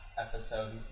episode